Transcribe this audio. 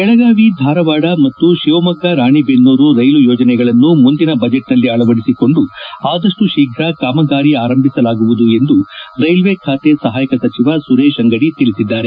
ಬೆಳಗಾವಿ ಧಾರವಾದ ಮತ್ತು ಶಿವಮೊಗ್ಗ ರಾಣೇಬೆನ್ನೂರು ರೈಲು ಯೋಜನೆಗಳನ್ನು ಮುಂದಿನ ಬಜೆಟ್ನಲ್ಲಿ ಅಳವಡಿಸಿಕೊಂದು ಆದಷ್ಟು ಶೀಘ್ರ ಕಾಮಗಾರಿ ಆರಂಭಿಸಲಾಗುವುದು ಎಂದು ರೈಲ್ವೆ ಖಾತೆ ಸಹಾಯಕ ಸಚಿವ ಸುರೇಶ್ ಅಂಗಡಿ ತಿಳಿಸಿದ್ದಾರೆ